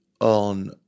on